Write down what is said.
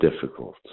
difficult